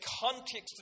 context